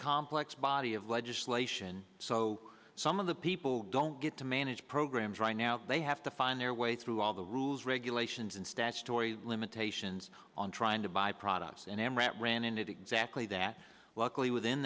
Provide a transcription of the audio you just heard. complex body of legislation so some of the people don't get to manage programs right now they have to find their way through all the rules regulations and statutory limitations on trying to buy products and amoret ran in it exactly that luckily within